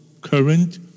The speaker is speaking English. current